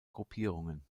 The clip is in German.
gruppierungen